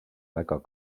väga